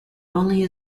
only